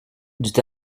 dût